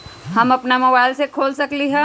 हम अपना मोबाइल से खोल सकली ह?